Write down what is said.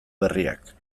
berriak